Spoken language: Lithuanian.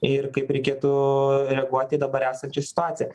ir kaip reikėtų reaguoti į dabar esančią situaciją